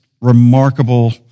remarkable